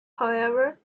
however